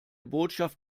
botschaft